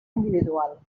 individual